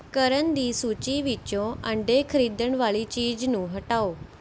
ਕਰਨ ਦੀ ਸੂਚੀ ਵਿੱਚੋਂ ਅੰਡੇ ਖਰੀਦਣ ਵਾਲੀ ਚੀਜ਼ ਨੂੰ ਹਟਾਓ